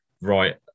right